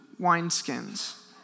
wineskins